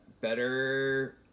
better